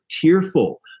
tearful